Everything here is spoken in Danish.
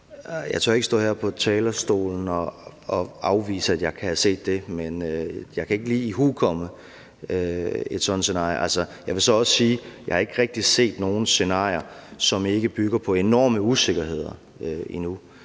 Jeg tør ikke stå her på talerstolen og afvise, at jeg kan have set det, men jeg kan ikke lige ihukomme et sådant scenarie. Jeg vil så også sige, at jeg ikke rigtig har set nogen scenarier, som ikke bygger på enorme usikkerheder, endnu.